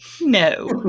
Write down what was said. No